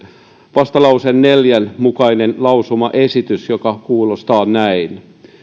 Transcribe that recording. vastalause neljän mukaisen lausumaesityksen joka kuuluu näin